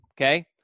Okay